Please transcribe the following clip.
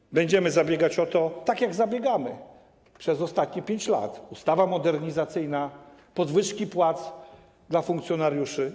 I będziemy o to zabiegać, tak jak zabiegamy przez ostatnich 5 lat: ustawa modernizacyjna, podwyżki płac dla funkcjonariuszy.